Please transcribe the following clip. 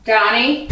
Donnie